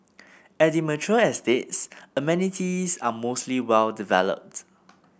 at the mature estates amenities are mostly well developed